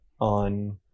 on